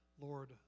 Lord